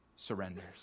surrenders